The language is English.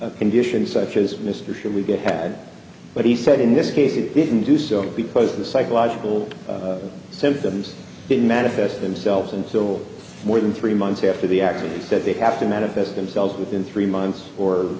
a condition such as mr should we get had what he said in this case he didn't do so because the psychological symptoms can manifest themselves in will more than three months after the accident that they have to manifest themselves within three months or